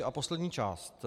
A poslední část.